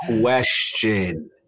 Question